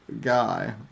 guy